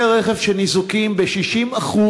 כלי רכב שניזוקים ב-60%,